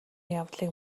явдлыг